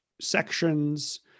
sections